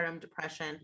depression